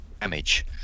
damage